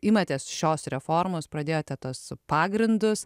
imatės šios reformos pradėjote tuos pagrindus